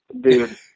Dude